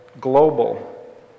global